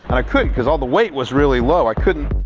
and i couldn't because ah the weight was really low, i couldn't